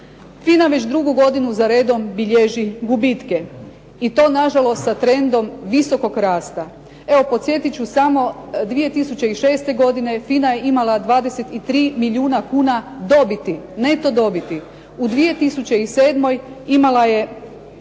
FINA već drugu godinu za redom bilježi gubitke i to na žalost sa trendom visokog rasta. Evo podsjetit ću samo 2006. godine FINA je imala 23 milijuna kuna neto dobiti, u 2007. imala je